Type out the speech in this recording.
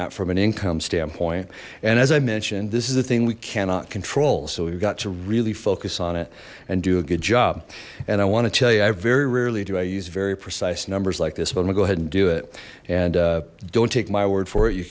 at from an income standpoint and as i mentioned this is the thing we cannot control so we've got to really focus on it and do a good job and i want to tell you i very rarely do i use very precise numbers like this but i'm gonna go ahead and do it and don't take my word for it you